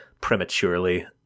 prematurely